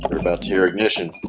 about your ignition